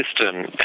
system